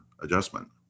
adjustment